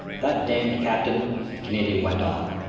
that damned captain, the canadian went on,